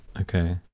Okay